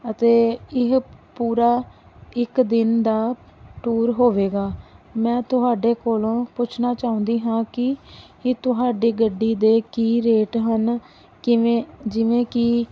ਅਤੇ ਇਹ ਪੂਰਾ ਇੱਕ ਦਿਨ ਦਾ ਟੂਰ ਹੋਵੇਗਾ ਮੈਂ ਤੁਹਾਡੇ ਕੋਲੋਂ ਪੁੱਛਣਾ ਚਾਹੁੰਦੀ ਹਾਂ ਕਿ ਇਹ ਤੁਹਾਡੇ ਗੱਡੀ ਦੇ ਕੀ ਰੇਟ ਹਨ ਕਿਵੇਂ ਜਿਵੇਂ ਕਿ